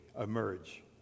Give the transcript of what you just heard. emerge